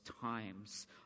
times